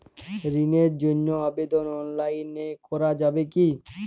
ঋণের জন্য আবেদন অনলাইনে করা যাবে কি?